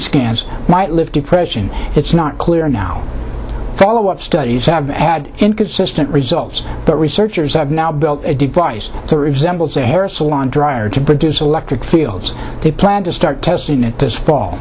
scans might lift depression it's not clear now follow up studies have had inconsistent results but researchers have now built a device for example the hair salon dryer to produce electric fields they plan to start testing it does fall